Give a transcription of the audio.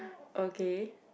okay